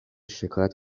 شکایت